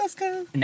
No